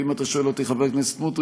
ואם אתה שואל אותי, חבר הכנסת סמוטריץ,